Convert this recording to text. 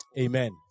Amen